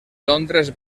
londres